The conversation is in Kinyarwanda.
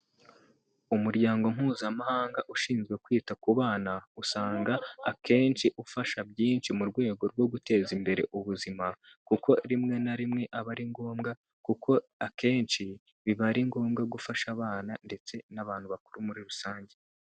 Umuryango mpuzamahanga ushinzwe kwita ku bana, usanga akenshi ufasha byinshi mu rwego rwo guteza imbere ubuzima, kuko rimwe na rimwe aba ari ngombwa kuko akenshi biba ari ngombwa gufasha abana, ndetse n'abantu bakuru muri rusange.